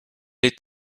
est